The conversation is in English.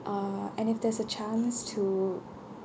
uh and if there's a chance to